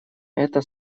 это